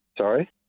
Sorry